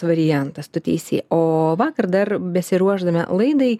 variantas tu teisi o vakar dar besiruošdama laidai